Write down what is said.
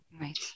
Right